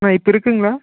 ஆ இப்போ இருக்குதுங்களா